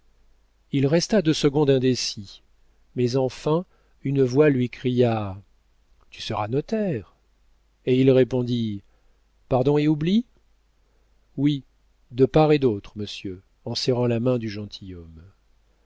il resta deux secondes indécis mais enfin une voix lui cria tu seras notaire et il répondit pardon et oubli oui de part et d'autre monsieur en serrant la main du